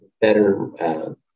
better